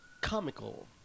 comical